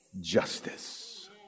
justice